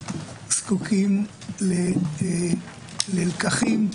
זקוקים ללקחים,